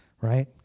right